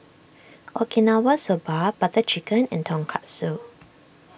Okinawa Soba Butter Chicken and Tonkatsu